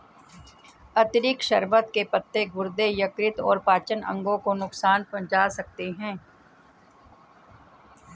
अतिरिक्त शर्बत के पत्ते गुर्दे, यकृत और पाचन अंगों को नुकसान पहुंचा सकते हैं